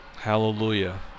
Hallelujah